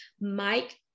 Mike